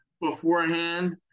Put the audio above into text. Beforehand